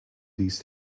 these